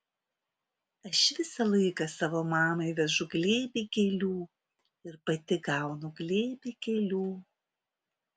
aš visą laiką savo mamai vežu glėbį gėlių ir pati gaunu glėbį gėlių